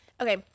Okay